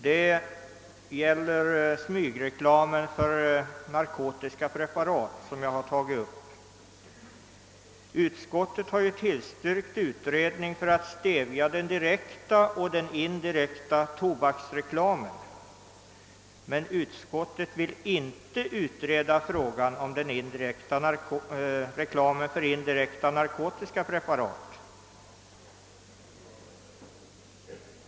Det gäller smygreklamen för narkotiska preparat, som jag har tagit upp. Utskottet har tillstyrkt utredning för att stävja den direkta och indirekta tobaksreklamen men vill inte utreda frågan om reklamen för narkotiska preparat.